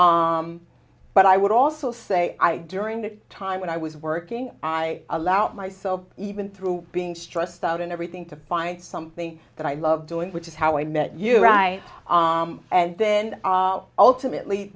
but i would also say i during that time when i was working i allowed myself even through being stressed out and everything to find something that i love doing which is how i met you or i and then ultimately